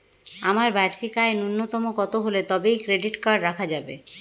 আমার বার্ষিক আয় ন্যুনতম কত হলে তবেই ক্রেডিট কার্ড রাখা যাবে?